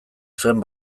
zuen